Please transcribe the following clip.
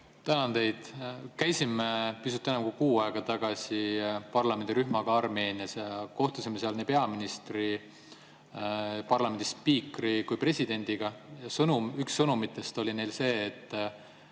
Tänan teid! Käisime pisut enam kui kuu aega tagasi parlamendirühmaga Armeenias ja kohtusime seal nii peaministri, parlamendi spiikri kui ka presidendiga. Üks sõnumitest oli neil see, et